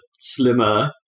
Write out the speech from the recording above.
slimmer